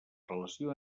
relació